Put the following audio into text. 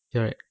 correct